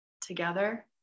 together